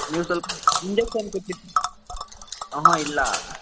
ನೀವು ಸ್ವಲ್ಪ ಇಂಜೆಕ್ಷನ್ ಕೊಟ್ಟಿದ್ದು ಊಹ್ಞೂಂ ಇಲ್ಲ